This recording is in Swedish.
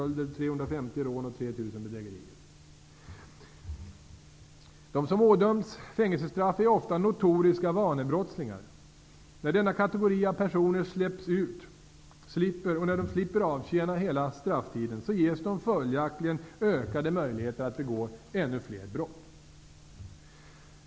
De som ådömts fängelsestraff är ofta notoriska vanebrottslingar. När denna kategori av personer slipper avtjäna hela strafftiden ges de följaktligen ökade möjligheter att begå fler brott.